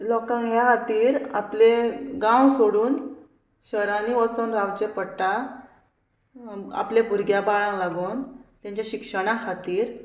लोकांक हे खातीर आपले गांव सोडून शहरांनी वचोन रावचें पडटा आपल्या भुरग्यां बाळांक लागोन तेंच्या शिक्षणा खातीर